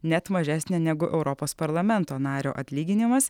net mažesnė negu europos parlamento nario atlyginimas